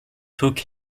took